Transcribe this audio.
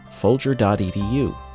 folger.edu